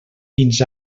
fins